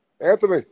Anthony